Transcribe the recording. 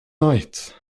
night